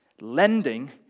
Lending